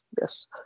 Yes